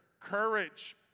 courage